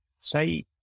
say